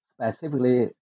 specifically